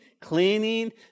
cleaning